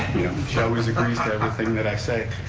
she always agrees to everything that i say.